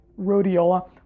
rhodiola